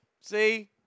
See